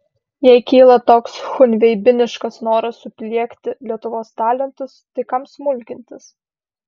jei kyla toks chunveibiniškas noras supliekti lietuvos talentus tai kam smulkintis